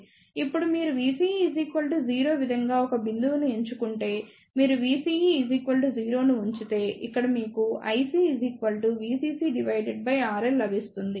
ఇప్పుడు మీరు VCE 0 విధంగా ఒక బిందువును ఎంచుకుంటే మీరు VCE 0 ను ఉంచితే ఇక్కడ మీకు IC VCC RL లభిస్తుంది